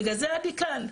בגלל זה אני כאן,